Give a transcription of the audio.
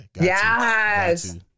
yes